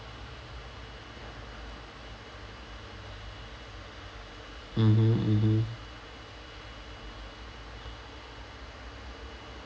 mmhmm mmhmm